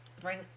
bring